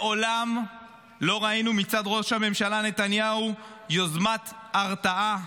מעולם לא ראינו מצד ראש הממשלה נתניהו יוזמת הרתעה.